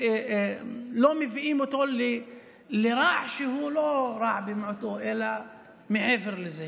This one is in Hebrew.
לא מביאים אותו לרע שהוא לא רע במיעוטו אלא מעבר לזה.